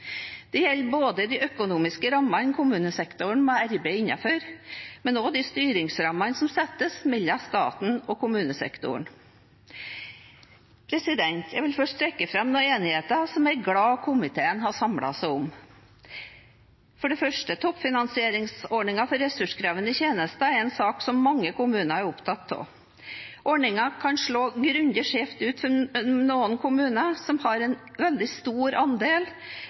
gjelder både de økonomiske rammene kommunesektoren må arbeide innenfor, og også de styringsrammene som settes mellom staten og kommunesektoren. Jeg vil først trekke fram noen enigheter som jeg er glad for at komiteen har samlet seg om. For det første: Toppfinansieringsordningen for ressurskrevende tjenester er en sak som mange kommuner er opptatt av. Ordningen kan slå grundig skjevt ut for noen kommuner som har en veldig stor andel,